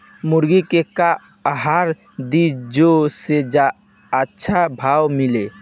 मुर्गा के का आहार दी जे से अच्छा भाव मिले?